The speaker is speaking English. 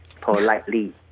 politely